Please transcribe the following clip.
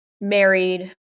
married